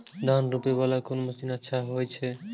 धान रोपे वाला कोन मशीन अच्छा होय छे?